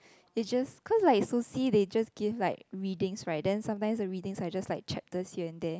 is just cause like soci they just give like reading [right] then sometimes the readings are chapters here and there